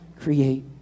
create